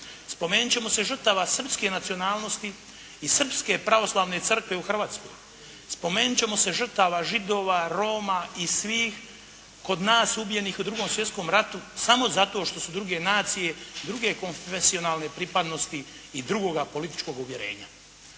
Spomenut ćemo se žrtava srpske nacionalnosti i srpske Pravoslavne crkve u Hrvatskoj. Spomenuti ćemo se žrtava Židova, Roma i svih kod nas ubijenih u 2. svjetskom ratu samo zato što su druge nacije, druge … /Ne razumije se./ … pripadnosti i drugoga političkog uvjerenja.